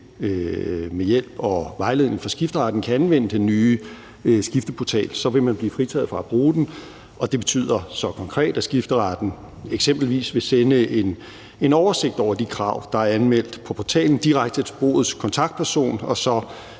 med hjælp og vejledning fra skifteretten kan anvende den nye Skifteportal, vil man blive fritaget fra at bruge den, og det betyder så konkret, at skifteretten eksempelvis vil sende en oversigt over de krav, der er anmeldt på portalen, direkte til boets kontaktperson, og så